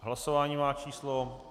Hlasování má číslo 68.